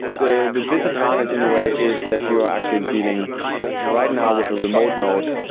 the the disadvantage in a way is that you are actually dealing right now with a remote node.